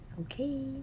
Okay